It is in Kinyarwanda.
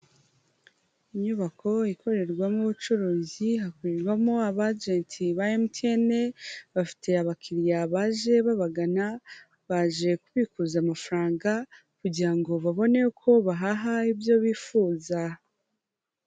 Inyubako ikorerwamo ubucuruzi, hakorerwamo abagenti ba MTN, bafite abakiriya baje babagana, baje kubikuza amafaranga kugira ngo babone uko bahaha ibyo bifuza.